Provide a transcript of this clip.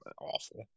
awful